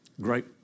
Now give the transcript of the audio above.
great